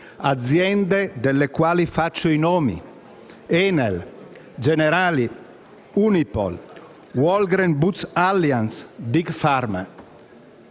aziende, delle quali faccio i nomi: Enel, Generali, Unipol, Walgreen Boots Alliance, "Big pharma".